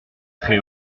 très